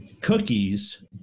cookies